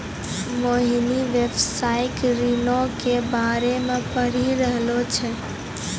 मोहिनी व्यवसायिक ऋणो के बारे मे पढ़ि रहलो छै